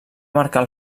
marcar